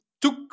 took